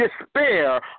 despair